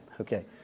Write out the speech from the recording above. Okay